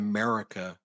America